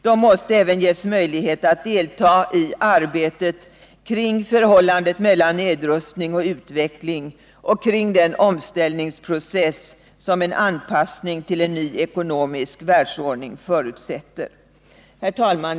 De måste även ges möjlighet att delta i arbetet på att klargöra förhållandet mellan nedrustning och utveckling och att tränga in i den omställningsprocess som en anpassning till en ny ekonomisk världsordning förutsätter. Herr talman!